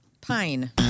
Pine